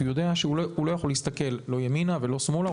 כי הוא יודע שהוא לא יכול להסתכל לא ימינה ולא שמאלה,